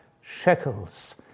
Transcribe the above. shekels